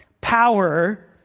power